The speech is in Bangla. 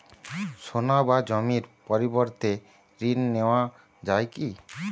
সোনা বা জমির পরিবর্তে ঋণ নেওয়া যায় কী?